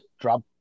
drop